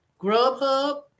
GrubHub